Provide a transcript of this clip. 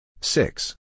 Six